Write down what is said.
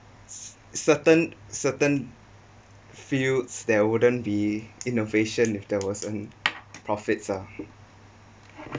certain certain fields there wouldn't be innovation if there was an profits uh